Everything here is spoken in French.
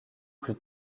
plus